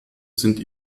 sind